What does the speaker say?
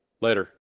later